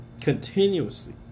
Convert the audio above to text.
Continuously